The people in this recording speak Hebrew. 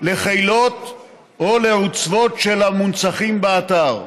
לחילות או לעוצבות של המונצחים באתר.